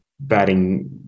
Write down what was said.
Batting